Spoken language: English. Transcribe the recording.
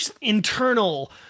internal